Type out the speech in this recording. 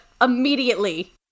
immediately